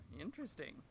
Interesting